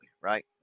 right